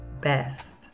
best